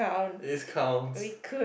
it is count